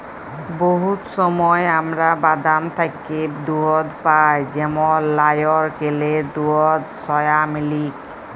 বহুত সময় আমরা বাদাম থ্যাকে দুহুদ পাই যেমল লাইরকেলের দুহুদ, সয়ামিলিক